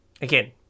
again